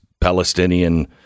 Palestinian